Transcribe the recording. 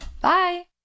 Bye